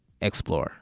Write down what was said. explore